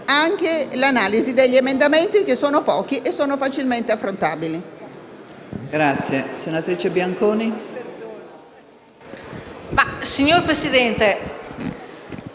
anche l'esame degli emendamenti, che sono pochi e facilmente affrontabili.